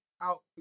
Out